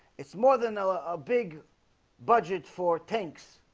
it's more than our our big budget for tanks